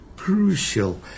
crucial